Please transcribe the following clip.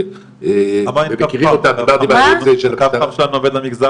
הם מכירים אותם --- הקו חם שלנו עובד במגזר